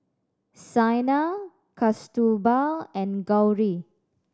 Saina Kasturba and Gauri